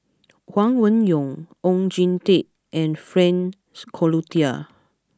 Huang Wenhong Oon Jin Teik and Frank Cloutier